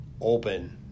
open